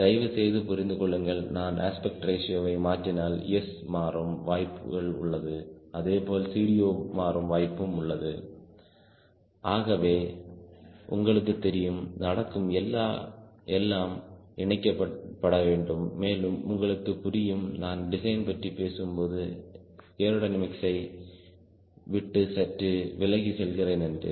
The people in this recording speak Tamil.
தயவுசெய்து புரிந்துகொள்ளுங்கள் நான் அஸ்பெக்ட் ரேஷியோவை மாற்றினால் S மாறும் வாய்ப்புகள் உள்ளது அதேபோல் CD0 மாறும் வாய்ப்பு உள்ளது ஆகவே உங்களுக்குத் தெரியும் நடக்கும் எல்லாம் இணைக்கப்பட வேண்டும் மேலும் உங்களுக்கு புரியும் நான் டிசைன் பற்றி பேசும்போது ஏரோடினமிக்ஸ் யை விட்டு சற்று விலகி செல்கிறேன் என்று